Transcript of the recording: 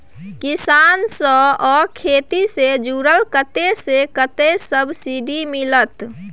किसान से आ खेती से जुरल कतय से आ कतेक सबसिडी मिलत?